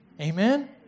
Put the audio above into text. Amen